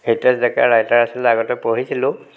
Hitesh Deka writer আছিল আগতে পঢ়িছিলোঁ